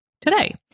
today